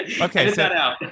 okay